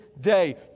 day